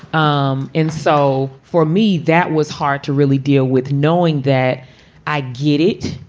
um and so for me, that was hard to really deal with knowing that i get it.